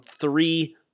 three